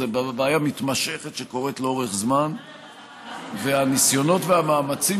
זו בעיה מתמשכת שקורית לאורך זמן והניסיונות והמאמצים